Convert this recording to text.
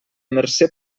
mercè